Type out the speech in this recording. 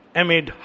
amid